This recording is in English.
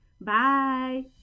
Bye